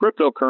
cryptocurrency